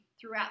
throughout